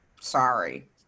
sorry